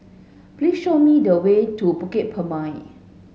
please show me the way to Bukit Purmei